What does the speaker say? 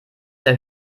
der